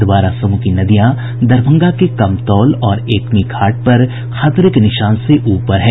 अधवारा समूह की नदियां दरभंगा के कमतौल और एकमी घाट पर खतरे के निशान से ऊपर हैं